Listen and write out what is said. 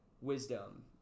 wisdom